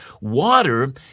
water